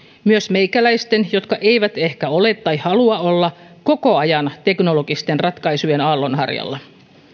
myös meikäläisten jotka eivät ehkä ole tai halua olla koko ajan teknologisten ratkaisujen aallonharjalla